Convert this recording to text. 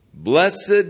Blessed